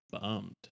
bummed